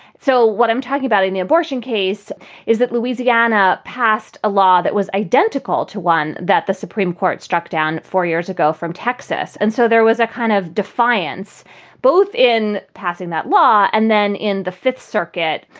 so what i'm talking about in the abortion case is that louisiana passed a law that was identical to one that the supreme court struck down four years ago from texas. and so there was a kind of defiance both in passing that law and then in the fifth circuit,